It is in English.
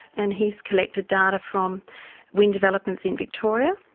and he's collected data from wind developments in victoria.